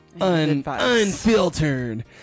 Unfiltered